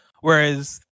Whereas